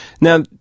Now